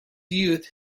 youth